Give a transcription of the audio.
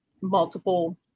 multiple